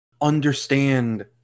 understand